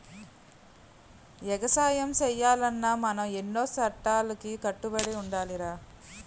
ఎగసాయం సెయ్యాలన్నా మనం ఎన్నో సట్టాలకి కట్టుబడి ఉండాలిరా